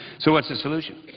so what's the solution?